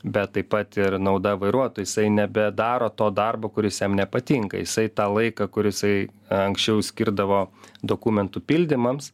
bet taip pat ir nauda vairuotojui jisai nebedaro to darbo kuris jam nepatinka jisai tą laiką kur jisai anksčiau skirdavo dokumentų pildymams